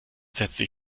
setzte